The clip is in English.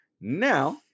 Now